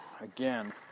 again